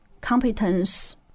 competence